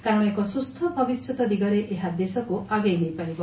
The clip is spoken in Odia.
କାରଣ ଏକ ସ୍ପସ୍ସ ଭବିଷ୍ୟତ ଦିଗରେ ଏହା ଦେଶକୁ ଆଗେଇ ନେଇପାରିବ